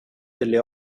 delle